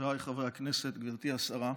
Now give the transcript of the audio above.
חבריי חברי הכנסת, גברתי השרה,